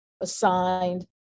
assigned